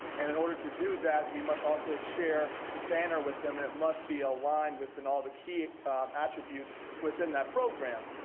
and in order to do that, we must also share banner with them and it must be aligned in all the key attributes within that program.